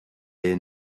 est